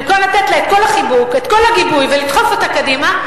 במקום לתת לה את כל החיבוק את כל הגיבוי ולדחוף אותה קדימה,